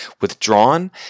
withdrawn